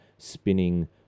spinning